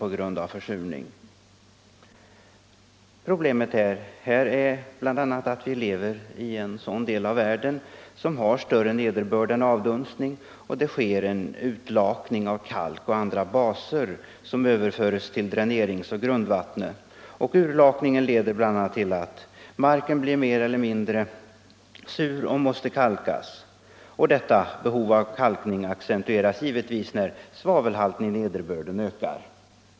Om åtgärder för att Problemet här är bl.a. att vi lever i en del av världen som har större motverka försur nederbörd än avdunstning och att det sker en utlakning av kalk och ningen av insjövat andra baser som överföres till dränerings-och grundvattnet. Utlakningen ten leder bl.a. till att marken blir mer eller mindre sur och måste kalkas. Behovet av kalkning accentueras givetvis när svavelhalten i nederbörden ökar.